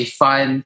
fun